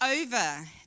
over